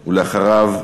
אחריו,